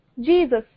Jesus